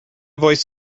voice